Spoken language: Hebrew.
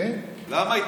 למה?